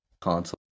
console